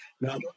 Now